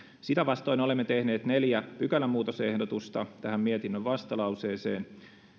sitä vastoin olemme tehneet neljä pykälämuutosehdotusta tähän mietinnön vastalauseeseen